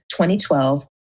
2012